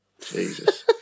Jesus